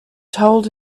told